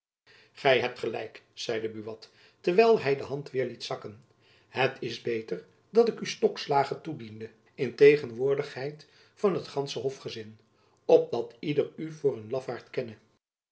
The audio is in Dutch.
gy hebt gelijk zeide buat terwijl hy de hand weêr liet zakken het is beter dat ik u stokslagen toediene in tegenwoordigheid van het gandsche hofgezin opdat ieder u voor een lafaart kenne